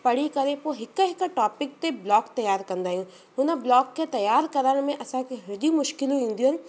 पढ़ी करे पोइ हिक हिक टॉपिक ते ब्लॉक तयार कंदा आहियूं हुन ब्लॉक खे तयार करण में असांखे एॾी मुश्किलूं ईंदियूं आहिनि